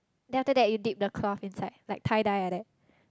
then after that you deep the cloth inside like the dye like that